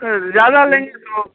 और ज़्यादा लेंगे तो